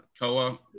Koa